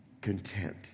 content